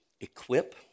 equip